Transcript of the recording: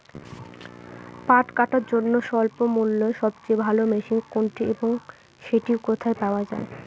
পাট কাটার জন্য স্বল্পমূল্যে সবচেয়ে ভালো মেশিন কোনটি এবং সেটি কোথায় পাওয়া য়ায়?